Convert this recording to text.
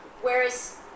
Whereas